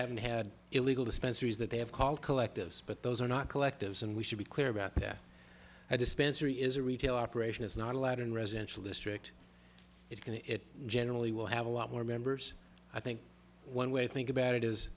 haven't had illegal dispensaries that they have called collectives but those are not collectives and we should be clear about that a dispensary is a retail operation is not allowed in residential district it generally will have a lot more members i think one way think about it is